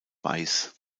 weiß